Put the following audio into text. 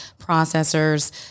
processors